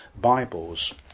Bibles